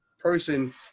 person